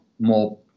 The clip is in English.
more